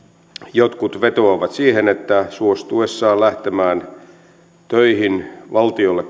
jotkut vetoavat siihen että suostuessaan lähtemään töihin valtiolle